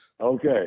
Okay